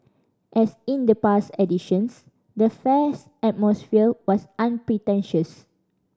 as in the past editions the fair's atmosphere was unpretentious